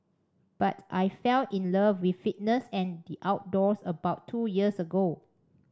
but I fell in love with fitness and the outdoors about two years ago